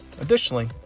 Additionally